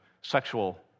sexual